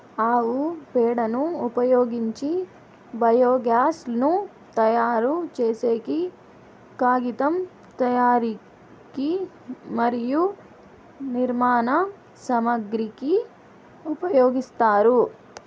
ఆవు పేడను ఉపయోగించి బయోగ్యాస్ ను తయారు చేసేకి, కాగితం తయారీకి మరియు నిర్మాణ సామాగ్రి కి ఉపయోగిస్తారు